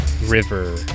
river